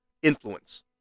influence